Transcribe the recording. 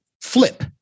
flip